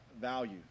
value